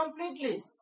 completely